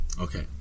Okay